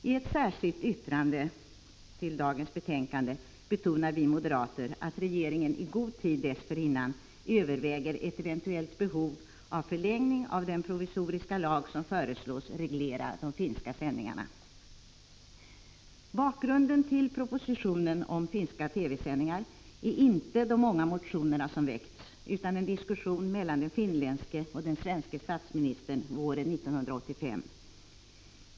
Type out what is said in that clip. I ett särskilt yttrande till dagens betänkande betonar vi moderater att regeringen i god tid dessförinnan överväger ett eventuellt behov av förlängning av den provisoriska lag som föreslås reglera de finska sändningarna. Bakgrunden till propositionen om finländska TV-sändningar är inte de många motioner som väckts utan en diskussion mellan den finländske och den svenske statsministern våren 1985.